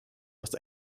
los